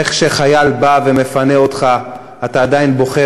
איך כשחייל בא ומפנה אותך אתה עדיין בוכה